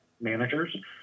managers